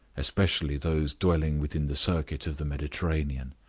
especially those dwelling within the circuit of the mediterranean.